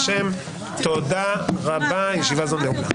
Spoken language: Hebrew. תודה רבה, ישיבה זו נעולה.